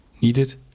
needed